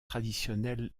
traditionnel